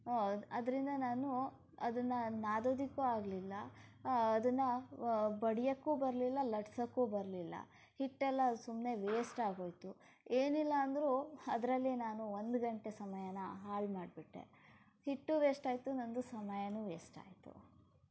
ಅದರಿಂದ ನಾನು ಅದನ್ನು ನಾದೋದಕ್ಕೂ ಆಗಲಿಲ್ಲ ಅದನ್ನು ಬಡಿಯೋಕ್ಕೂ ಬರಲಿಲ್ಲ ಲಟ್ಸೋಕ್ಕೂ ಬರಲಿಲ್ಲ ಹಿಟ್ಟೆಲ್ಲ ಸುಮ್ಮನೆ ವೇಸ್ಟ್ ಆಗೋಯ್ತು ಏನಿಲ್ಲ ಅಂದರೂ ಅದರಲ್ಲಿ ನಾನು ಒಂದು ಗಂಟೆ ಸಮಯಾನ ಹಾಳು ಮಾಡಿಬಿಟ್ಟೆ ಹಿಟ್ಟೂ ವೇಸ್ಟ್ ಆಯಿತು ನನ್ನದು ಸಮಯಾನೂ ವೇಸ್ಟ್ ಆಯಿತು